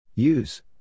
Use